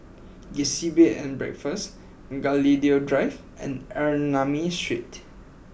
Gusti Bed and Breakfast Gladiola Drive and Ernani Street